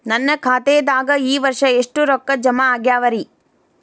ನನ್ನ ಖಾತೆದಾಗ ಈ ವರ್ಷ ಎಷ್ಟು ರೊಕ್ಕ ಜಮಾ ಆಗ್ಯಾವರಿ?